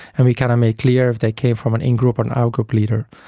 and we kind of made clear if they came from an in-group or and out-group leader.